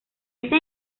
ese